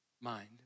mind